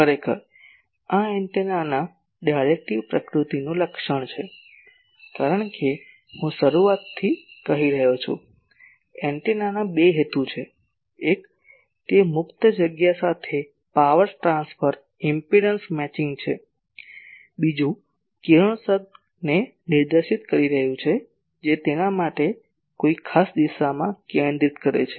ખરેખર આ એન્ટેનાના ડાયરેક્ટિવ પ્રકૃતિનું લક્ષણ છે કારણ કે હું શરૂઆતથી કહી રહ્યો છું એન્ટેનાના બે હેતુ છે એક તે મુક્ત જગ્યા સાથે પાવર ટ્રાન્સફર ઇમ્પેડંસ મેચિંગ છે બીજું કિરણોત્સર્ગને નિર્દેશિત કરી રહ્યું છે જે તેને કોઈ ખાસ દિશામાં કેન્દ્રિત કરે છે